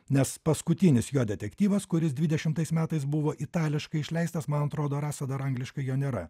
nes paskutinis jo detektyvas kuris dvidešimtais metais buvo itališkai išleistas man atrodo rasa dar angliškai jo nėra